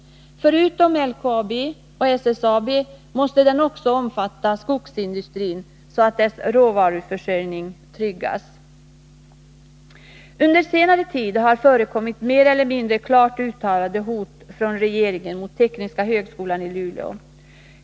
Förutom LKAB och SSAB måste den också omfatta skogsindustrin så att dess råvaruförsörjning tryggas. Under senare tid har förekommit mer eller mindre klart uttalade hot från regeringen mot tekniska högskolan i Luleå.